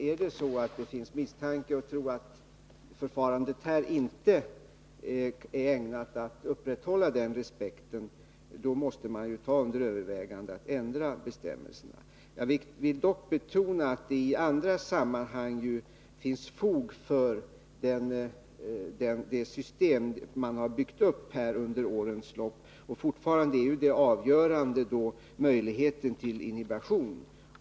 Är det så att misstanke finns om att förfarandet i det här avseendet inte är ägnat att upprätthålla ett sådant förtroende måste man ta under övervägande att ändra bestämmelserna. Jag vill dock betona att det i andra sammanhang finns fog för det system man har byggt upp under årens lopp. Fortfarande är det avgörande att möjlighet finns till inhibition.